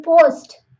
post